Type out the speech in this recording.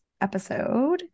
episode